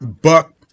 buck